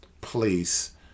place